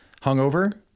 hungover